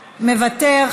מוותר,